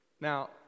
Now